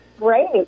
great